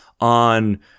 on